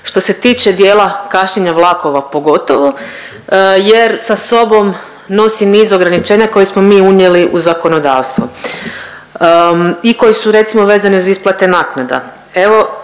Što se tiče dijela kašnjenja vlakova pogotovo je sa sobom nosi niz ograničenja koje smo mi unijeli u zakonodavstvo i koji su recimo vezani uz isplate naknada.